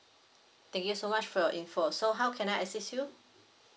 thank you so much for your info so how can I assist you